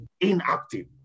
inactive